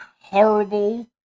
horrible